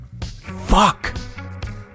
Fuck